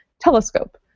telescope